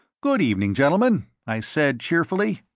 good evening, gentlemen, i said cheerfully.